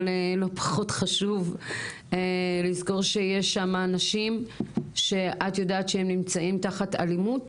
אבל לא פחות חשוב לזכור שיש שם אנשים שאת יודעת שהם נמצאים תחת אלימות?